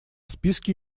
списке